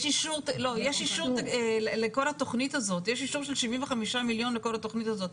יש אישור של 75 מיליון לכל התוכנית הזאת,